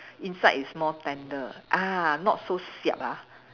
inside is more tender ah not so siap ah